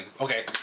okay